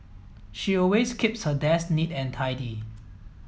she always keeps her desk neat and tidy